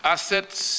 Assets